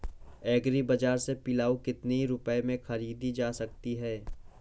Agree बाजार से पिलाऊ कितनी रुपये में ख़रीदा जा सकता है?